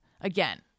Again